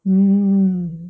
mm